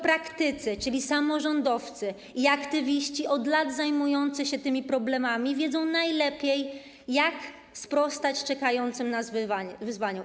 Praktycy, czyli samorządowcy i aktywiści od lat zajmujący się tymi problemami, wiedzą najlepiej, jak sprostać czekającym na nich wyzwaniom.